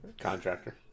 Contractor